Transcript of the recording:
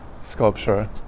sculpture